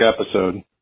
episode